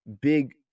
big